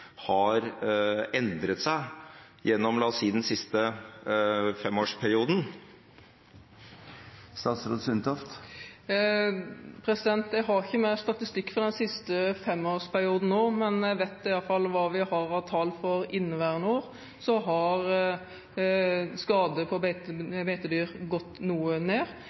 har endret seg gjennom, la oss si, den siste femårsperioden? Jeg har ikke med statistikk fra den siste femårsperioden nå, men jeg vet i alle fall ut fra hva vi har av tall for inneværende år, at skade på beitedyr har gått noe ned.